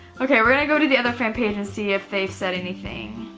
okay, we're gonna go to the other fan page and see if they've said anything.